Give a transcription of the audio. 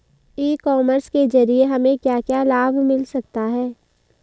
ई commerce के ज़रिए हमें क्या क्या लाभ मिल सकता है?